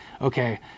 okay